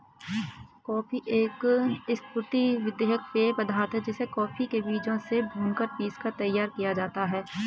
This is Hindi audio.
कॉफी एक स्फूर्ति वर्धक पेय पदार्थ है जिसे कॉफी के बीजों से भूनकर पीसकर तैयार किया जाता है